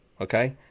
Okay